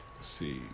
see